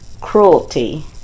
cruelty